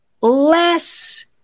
less